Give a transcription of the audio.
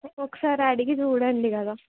ఒకసారి అడిగి చూడండి కదా